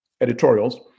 editorials